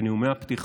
בנאומי הפתיחה,